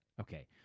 Okay